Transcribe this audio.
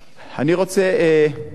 אני רוצה לסכם